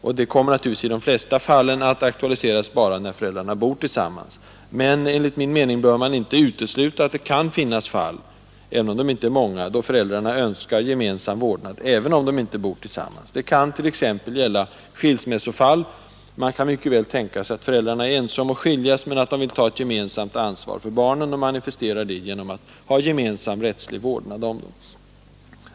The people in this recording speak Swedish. Detta kommer naturligtvis i de flesta fall att aktualiseras bara då föräldrarna bor tillsammans. Men man bör inte utesluta att det kan finnas fall, även om de inte är många, då föräldrarna önskar gemensam vårdnad, även om de inte bor tillsammans. Det kan t.ex. gälla skilsmässofall; man kan väl tänka sig att föräldrarna är ense om att skiljas men att de vill ta ett gemensamt ansvar för barnen och manifestera det genom att ha gemensam rättslig vårdnad om dem.